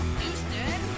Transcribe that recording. Houston